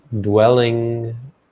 dwelling